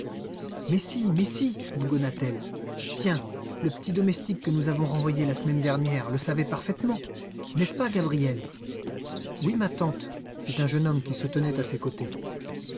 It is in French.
mais si mais si bougonna t elle tiens le petit domestique que nous avons renvoyé la semaine dernière le savait parfaitement n'est-ce pas gabriel oui ma tante fit un jeune homme qui se tenait à ses côtés